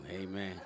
Amen